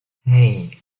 hei